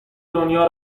دنیا